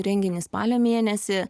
renginį spalio mėnesį